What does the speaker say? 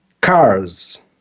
cars